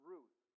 Ruth